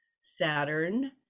Saturn